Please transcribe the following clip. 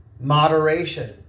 Moderation